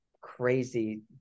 crazy